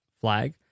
flag